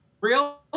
real